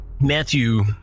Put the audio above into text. Matthew